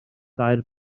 dair